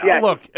look